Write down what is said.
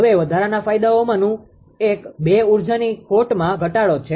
હવે વધારાના ફાયદાઓમાનું એક એ ઊર્જાની ખોટમાં ઘટાડો છે